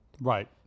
Right